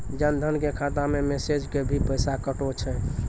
जन धन के खाता मैं मैसेज के भी पैसा कतो छ?